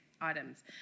items